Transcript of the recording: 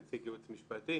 נציג ייעוץ משפטי,